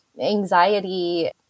anxiety